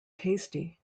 tasty